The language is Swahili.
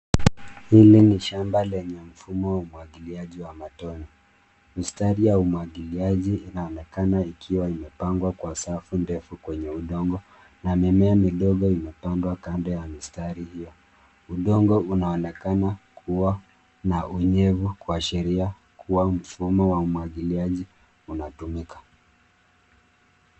Hili shamba lenye mfumo wa umwagiliaji wa matone, Mstari wa umwagiliaji inaonekana ikiwa imepangwa kwa safu ndefu kwenye udongo na mimea midogo imepandwa kando ya mistari hiyo. udongo unaonekana kuwa na unyevu kwa sheria kuwa mfumo wa umwagiliaji unatumika.